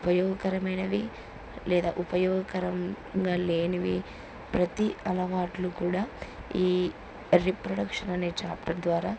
ఉపయోగకరమైనవి లేదా ఉపయోగకరంగా లేనివి ప్రతి అలవాట్లు కూడా ఈ రిప్రొడక్షన్ అనే చాప్టర్ ద్వారా